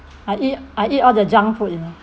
I eat I eat all the junk food you know